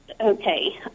Okay